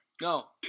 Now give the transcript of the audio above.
No